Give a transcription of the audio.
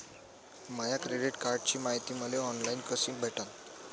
माया credit कार्डची मायती मले ऑनलाईन कसी भेटन?